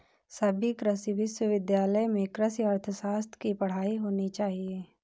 सभी कृषि विश्वविद्यालय में कृषि अर्थशास्त्र की पढ़ाई होनी चाहिए